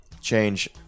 change